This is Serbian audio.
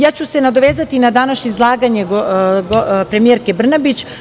Ja ću se nadovezati na današnje izlaganje premijerke Brnabić.